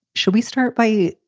shall we start by?